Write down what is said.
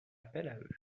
appel